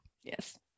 Yes